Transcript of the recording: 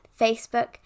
Facebook